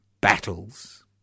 battles